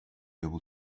able